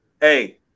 Hey